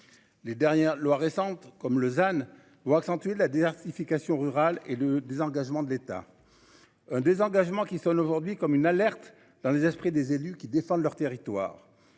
Les dernières lois récentes comme Lausanne pour accentuer la désertification rurale et le désengagement de l'État. Un désengagement qui sonne aujourd'hui comme une alerte dans les esprits des élus qui défendent leur territoire.